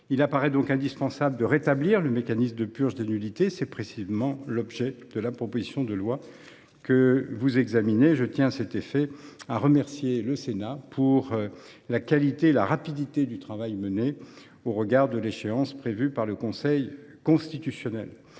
Il apparaît indispensable de rétablir ce mécanisme. C’est précisément l’objet de la proposition de loi, et je tiens, à cet effet, à remercier le Sénat pour la qualité et la rapidité du travail mené au regard de l’échéance prévue par le Conseil constitutionnel.